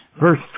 Verse